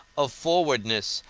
of forwardness,